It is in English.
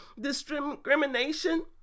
Discrimination